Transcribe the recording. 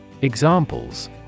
Examples